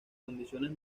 condiciones